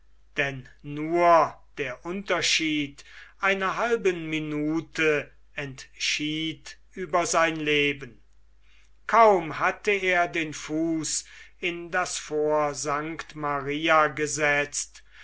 denn nur der unterschied einer halben minute entschied über sein leben kaum hatte er den fuß in das fort st maria gesetzt